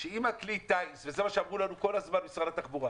שאם כלי הטיס היה כלי טיס וזה מה שאמרו לנו כל הזמן משרד התחבורה